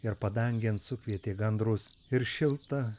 ir padangėn sukvietė gandrus ir šilta